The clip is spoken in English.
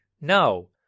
No